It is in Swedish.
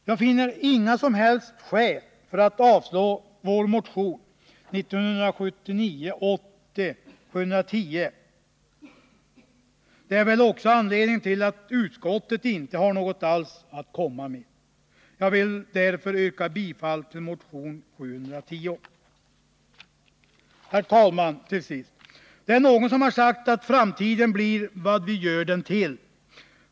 Jag finner inga som helst skäl för att avslå vår motion 1979/80:710. Det är väl också anledningen till att utskottet inte har något alls att anföra. Jag vill därför yrka bifall också till motion 710. Till sist, herr talman! Det är någon som har sagt att framtiden blir vad vi gör den till.